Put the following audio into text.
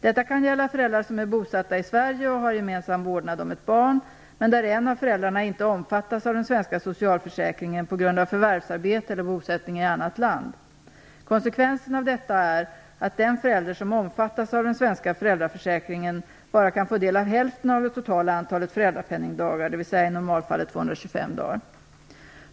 Detta kan gälla föräldrar som är bosatta i Sverige och har gemensam vårdnad om ett barn men där en av föräldrarna inte omfattas av den svenska socialförsäkringen på grund av förvärvsarbete eller bosättning i annat land. Konsekvensen av detta är att den förälder som omfattas av den svenska föräldraförsäkringen endast kan få del av hälften av den totala antalet föräldrapenningdagar, dvs. i normalfallet 225 dagar.